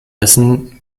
dessen